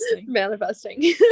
Manifesting